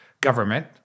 government